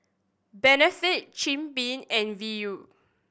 Benefit Jim Beam and Viu